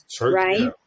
right